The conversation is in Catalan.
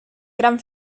gran